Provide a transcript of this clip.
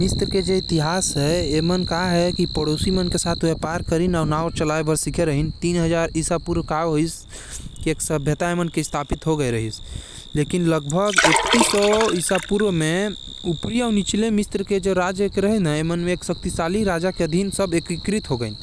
मिश्र वाला मन पड़ोसी राज्य के साथ व्यापार करहीन अउ नाव चलाना सिखिन। तीन हजार ईसापूर्व तक एमन के सभय्ता स्थापित होगये रहिस लेकिन इकत्तीस सौ ईसापूर्व म ऊपरी अउ निचली मिश्र के मन एक ठो शक्तिशाली राजा के अधीन होगईन।